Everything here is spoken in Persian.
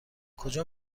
کجا